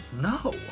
No